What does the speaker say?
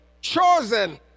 chosen